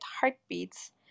heartbeats